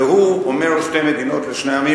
והוא אומר: שתי מדינות לשני עמים,